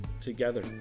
together